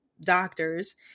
doctors